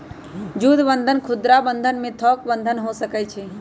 जुद्ध बन्धन खुदरा बंधन एवं थोक बन्धन हो सकइ छइ